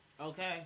Okay